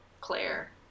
Claire